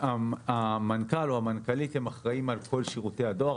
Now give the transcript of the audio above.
המנכ"ל או המנכ"לית אחראית על כל שירותי הדואר.